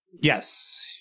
Yes